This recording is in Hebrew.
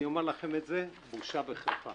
אני אומר לכם את זה, בושה וחרפה.